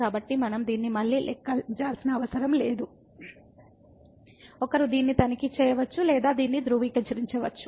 కాబట్టి మనం దీన్ని మళ్ళీ లెక్కించాల్సిన అవసరం లేదు ఒకరు దీన్ని తనిఖీ చేయవచ్చు లేదా దీన్ని ధృవీకరించవచ్చు